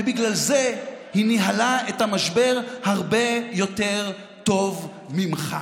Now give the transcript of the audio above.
ובגלל זה היא ניהלה את המשבר הרבה יותר טוב ממך.